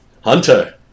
hunter